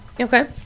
Okay